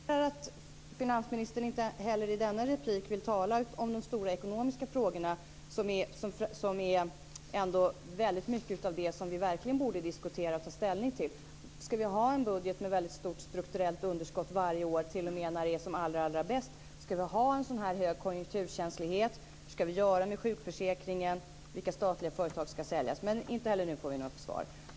Herr talman! Jag noterar att finansministern inte heller i detta anförande vill tala om de stora ekonomiska frågorna, som ändå är det vi verkligen borde diskutera och ta ställning till: Ska vi ha en budget med väldigt stort strukturellt underskott varje år t.o.m. när det är som allra bäst? Ska vi ha en så här hög konjunkturkänslighet? Hur ska vi göra med sjukförsäkringen? Vilka statliga företag ska säljas? Inte heller nu får vi några svar.